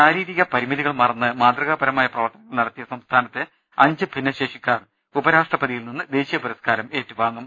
ശാരീരിക പരിമിതികൾ മറന്ന് മാതൃകാപരമായ പ്രവർത്തനങ്ങൾ നടത്തിയ സംസ്ഥാനത്തെ അഞ്ച് ഭിന്നശേഷിക്കാർ ഉപരാഷ്ട്രപതി യിൽ നിന്ന് ദേശീയ പുരസ്കാരം ഏറ്റുവാങ്ങും